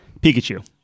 Pikachu